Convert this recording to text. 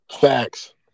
Facts